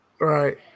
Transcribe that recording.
Right